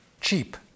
cheap